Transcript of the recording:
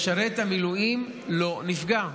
משרת המילואים לא נפגע.